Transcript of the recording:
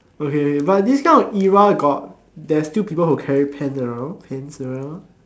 okay but this kind of era got there's still people who carry pens around pens around